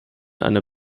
einer